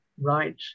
right